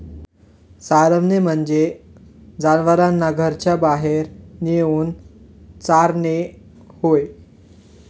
चरवणे म्हणजे जनावरांना घराच्या बाहेर नेऊन चारणे होय